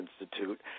Institute